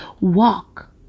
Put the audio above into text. walk